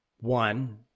one